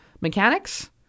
mechanics